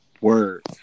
word